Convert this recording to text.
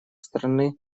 страны